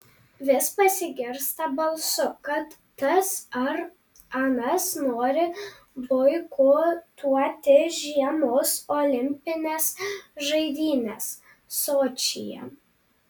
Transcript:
vis pasigirsta balsų kad tas ar anas nori boikotuoti žiemos olimpines žaidynes sočyje